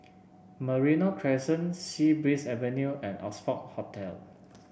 Merino Crescent Sea Breeze Avenue and Oxford Hotel